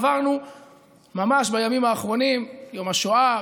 עברנו ממש בימים האחרונים את יום השואה,